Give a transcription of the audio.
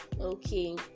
Okay